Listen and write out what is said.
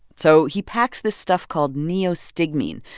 so he packs this stuff called neostigmine,